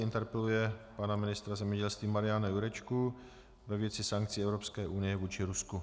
Interpeluje pana ministra zemědělství Mariana Jurečku ve věci sankcí Evropské unie vůči Rusku.